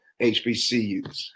HBCUs